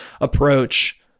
approach